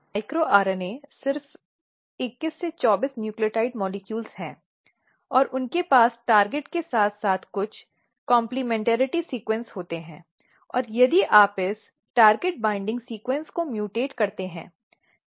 micro RNA सिर्फ 21 से 24 nucleotide अणु हैं और उनके पास लक्ष्य के साथ कुछ पूरक अनुक्रम होते हैं और यदि आप इस टारगेट बाइंडिंग सीक्वेंसेस को म्यूटेंट करते हैं